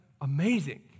amazing